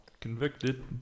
Convicted